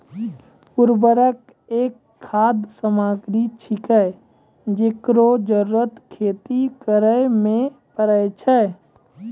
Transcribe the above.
उर्वरक एक खाद सामग्री छिकै, जेकरो जरूरत खेती करै म परै छै